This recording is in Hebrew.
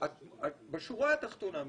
בשורה התחתונה,